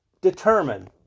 determine